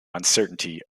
uncertainty